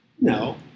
No